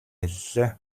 хэллээ